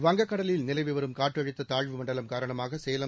வங்கக்கடலில் நிலவி வரும் காற்றழுத்த தாழ்வுமண்டலம் காரணமாக சேலம்